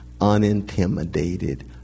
unintimidated